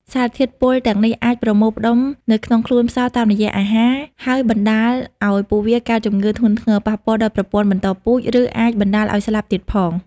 សារធាតុពុលទាំងនេះអាចប្រមូលផ្ដុំនៅក្នុងខ្លួនផ្សោតតាមរយៈអាហារ ហើយបណ្តាលឲ្យពួកវាកើតជំងឺធ្ងន់ធ្ងរ ប៉ះពាល់ដល់ប្រព័ន្ធបន្តពូជ ឬអាចបណ្ដាលឲ្យស្លាប់ទៀតផង។